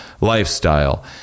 lifestyle